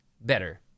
better